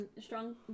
Strong